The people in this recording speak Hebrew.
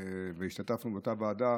והשתתפנו באותה ועדה